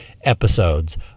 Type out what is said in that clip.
episodes